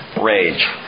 rage